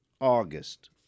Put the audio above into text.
August